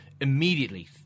immediately